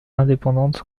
indépendante